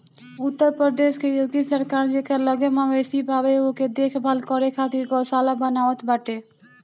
उत्तर प्रदेश के योगी सरकार जेकरा लगे मवेशी बावे ओके देख भाल करे खातिर गौशाला बनवावत बाटे